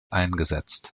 eingesetzt